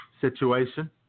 situation